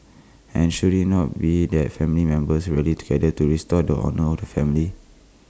and should IT not be that family members rally together to restore the honour of the family